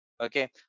okay